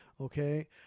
okay